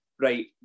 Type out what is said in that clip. Right